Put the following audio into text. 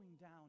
down